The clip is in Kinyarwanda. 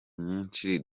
myinshi